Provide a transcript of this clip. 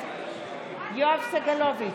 יואב סגלוביץ'